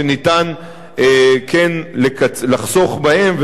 שניתן כן לחסוך בהם,